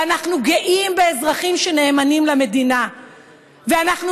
ואנחנו גאים באזרחים שנאמנים למדינה ואנחנו